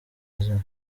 izina